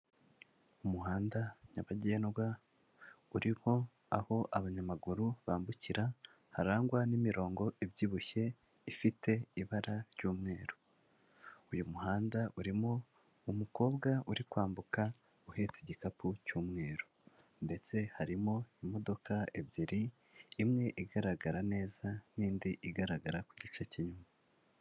Umuhanda nyabagendwa uririho, aho abanyamaguru bambukira, harangwa n'imirongo ibyibushye, ifite ibara ry'umweru. Uyu muhanda urimo umukobwa uri kwambuka uhetse igikapu cy'umweru. Ndetse harimo imodoka ebyiri, imwe igaragara neza, n'indi igaragara ku gice cy'inyuma.